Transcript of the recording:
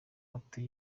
ati